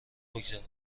بگذارم